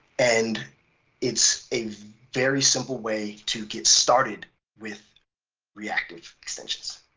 and it's a very simple way to get started with reactive extensions.